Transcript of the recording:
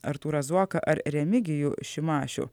artūrą zuoką ar remigijų šimašių